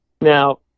Now